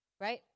Right